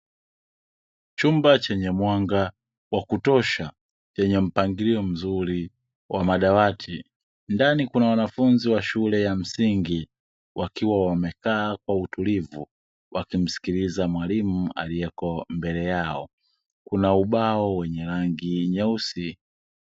Chumba chenye mwanga wa kutosha, chenye mpangilio mzuri wa madawati, ndani kuna wanafunzi wa shule ya msingi, wakiwa wamekaa kwa utulivu, wakimsikiliza mwalimu aliyeko mbele yao. Kuna ubao wa rangi nyeusi.